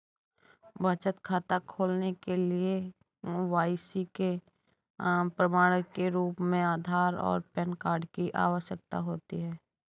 बचत खाता खोलने के लिए के.वाई.सी के प्रमाण के रूप में आधार और पैन कार्ड की आवश्यकता होती है